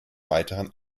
weiteren